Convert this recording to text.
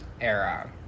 era